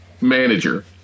manager